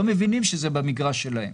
לא מבינים שזה במגרש שלהם.